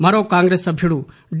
మరో కాంగ్రెసు సభ్యుడు డి